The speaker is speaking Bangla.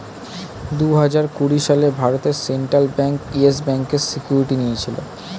দুহাজার কুড়ি সালে ভারতের সেন্ট্রাল ব্যাঙ্ক ইয়েস ব্যাঙ্কের সিকিউরিটি নিয়েছিল